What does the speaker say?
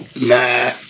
nah